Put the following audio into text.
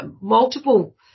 multiple